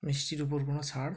মিষ্টির ওপর কোনও ছাড়